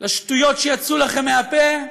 לשטויות שיצאו לכם מהפה,